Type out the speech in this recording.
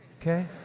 okay